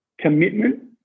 commitment